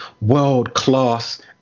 world-class